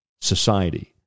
society